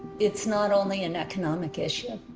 it's not only an economic issue.